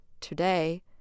Today